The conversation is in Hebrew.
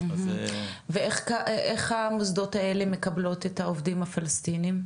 ואיך המוסדות האלה מקבלות את העובדים הפלסטינים?